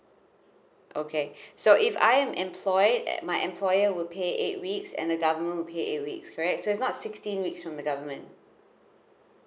okay so if I am employed my employer would pay eight weeks and the government would pay eight weeks correct so its not sixteen weeks from the government